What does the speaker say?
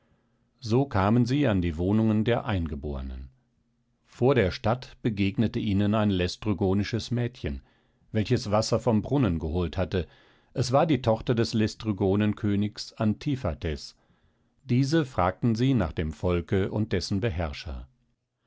so kamen sie an die wohnungen der eingebornen vor der stadt begegnete ihnen ein lästrygonisches mädchen welches wasser vom brunnen geholt hatte es war die tochter des lästrygonenkönigs antiphates diese fragten sie nach dem volke und dessen beherrscher